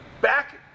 back